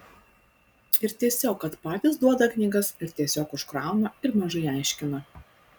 ir tiesiog kad patys duoda knygas ir tiesiog užkrauna ir mažai aiškina